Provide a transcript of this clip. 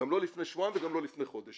גם לא לפני שבועיים וגם לא לפני חודש,